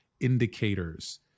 indicators